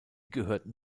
gehörten